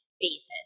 basis